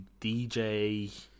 DJ